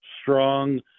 strong